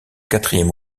quatrième